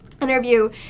interview